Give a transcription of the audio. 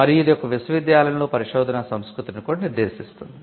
మరియు ఇది ఒక విశ్వవిద్యాలయంలో పరిశోధనా సంస్కృతిని కూడా నిర్దేశిస్తుంది